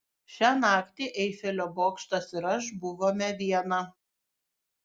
šią naktį eifelio bokštas ir aš buvome viena